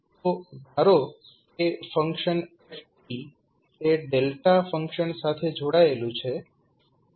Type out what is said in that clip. તો ધારો કે ફંકશન f એ ડેલ્ટા ફંક્શન સાથે જોડાયેલું છે